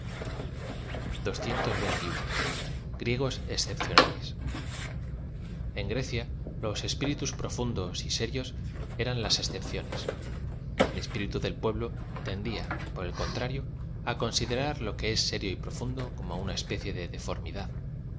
griegos excepcionales en grecia los espíritus profundos y aeri os eran las excepciones el espíritu del pueblo tendía por el con trario á considerar lo que es serio y profundo coma una especie de deformidad